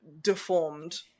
deformed